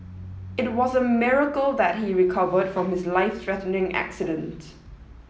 it was a miracle that he recovered from his life threatening accident